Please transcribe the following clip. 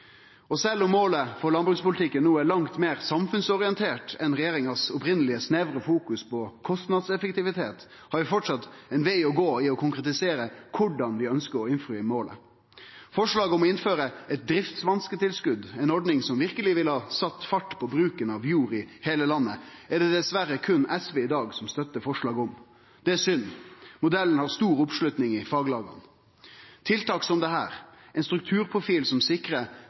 landet. Sjølv om målet for landbrukspolitikken no er langt meir samfunnsorientert enn regjeringas opphavelege snevre fokusering på kostnadseffektivitet, har vi framleis ein veg å gå i å konkretisere korleis vi ønskjer å innfri målet. Forslaget om å innføre eit driftsvansketilskot, ei ordning som verkeleg ville ha sett fart i bruken av jord i heile landet, er det dessverre berre SV som støttar i dag. Det er synd. Modellen har stor oppslutning i faglaga. Tiltak som dette – ein strukturprofil som sikrar